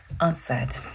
unsaid